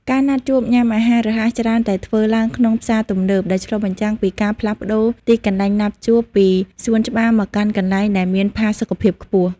ការណាត់ជួបញ៉ាំអាហាររហ័សច្រើនតែធ្វើឡើងក្នុងផ្សារទំនើប ដែលឆ្លុះបញ្ចាំងពីការផ្លាស់ប្ដូរទីកន្លែងណាត់ជួបពីសួនច្បារមកកាន់កន្លែងដែលមានផាសុកភាពខ្ពស់។